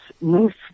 move